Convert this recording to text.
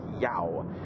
Yow